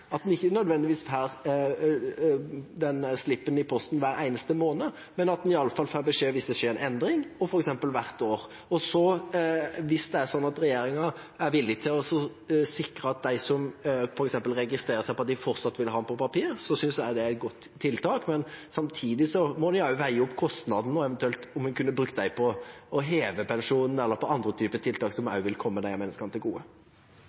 at en ikke nødvendigvis får den slippen i posten hver eneste måned, men at en i alle fall får beskjed hvis det skjer en endring, og f.eks. hvert år. Hvis det er sånn at regjeringa er villig til å sikre dem som f.eks. registrerer seg for at de fortsatt vil ha det på papir, synes jeg det er et godt tiltak. Men samtidig må en også veie opp mot kostnadene, og om en eventuelt kunne brukt dem på å heve pensjonen eller på andre typer tiltak som også vil komme disse menneskene til gode.